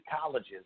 colleges